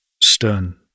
stern